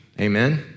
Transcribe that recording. Amen